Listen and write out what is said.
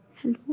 Hello